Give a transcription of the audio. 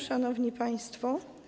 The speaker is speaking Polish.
Szanowni Państwo!